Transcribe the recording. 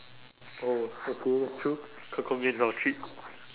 oh okay that's true ke kou mian is our treats